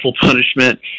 punishment